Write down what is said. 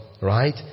right